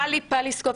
טלי פלוסקוב,